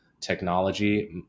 Technology